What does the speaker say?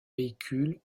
véhicules